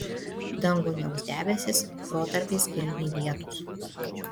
dangų niauks debesys protarpiais galimi lietūs